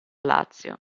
lazio